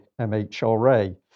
MHRA